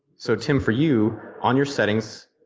so tim for you on your settings,